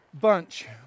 bunch